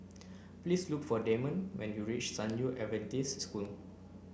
please look for Damond when you reach San Yu Adventist School